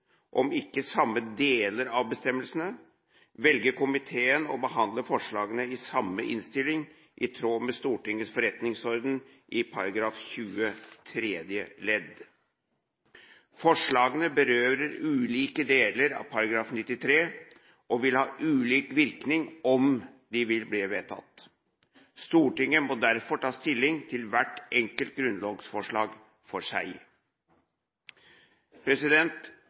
om ikke samme deler av bestemmelse, velger komiteen å behandle forslagene i samme innstilling, i tråd med Stortingets forretningsordens § 20 tredje ledd. Forslagene berører ulike deler av § 93, og vil ha ulik virkning om de skulle bli vedtatt. Stortinget må derfor ta stilling til hvert enkelt grunnlovsforslag for seg.